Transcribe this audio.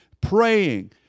praying